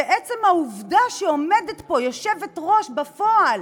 ועצם העובדה שעומדת פה יושבת-ראש בפועל